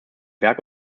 berg